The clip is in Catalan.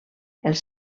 els